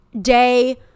day